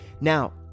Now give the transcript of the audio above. Now